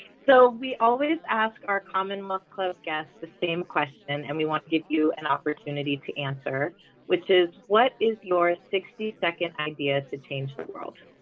so we always ask our common month club guests the same question and we want to give you an opportunity to answer which is what is your sixty second ideas to change the world